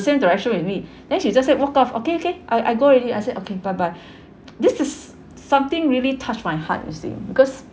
same direction with me then she just straight walk off okay okay I I go already I said okay bye bye this is something really touched my heart you see because